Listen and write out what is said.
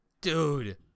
Dude